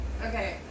Okay